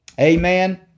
Amen